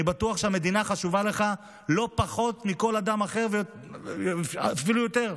אני בטוח שהמדינה חשובה לך לא פחות מלכל אדם אחר ואפילו יותר.